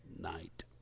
night